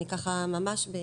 אני אחדש ואומר בקצרה,